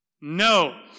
No